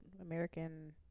American